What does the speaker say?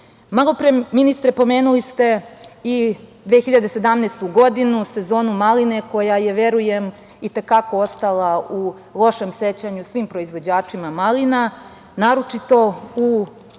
ministre, pomenuli ste i 2017. godinu, sezonu maline, koja je, verujem, i te kako ostala u lošem sećanju svim proizvođačima malina, naročito u